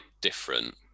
different